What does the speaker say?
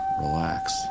relax